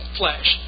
flesh